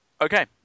Okay